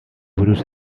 buruz